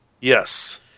Yes